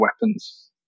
weapons